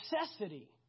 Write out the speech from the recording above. necessity